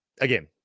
Again